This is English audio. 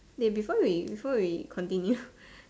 wait before we before we continue